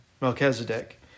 Melchizedek